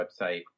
website